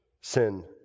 sin